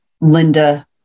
Linda